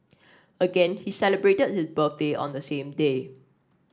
again he celebrated his birthday on the same day